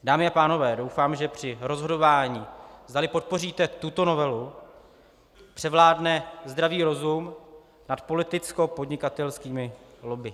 Dámy a pánové, doufám, že při rozhodování, zdali podpoříte tuto novelu, převládne zdravý rozum nad politickopodnikatelskými lobby.